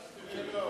חס ושלום.